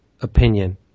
opinion